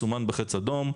מסומנת בחץ אדום,